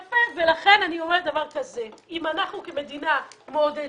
לכן אני אומרת שאם אנחנו כמדינה מעודדים,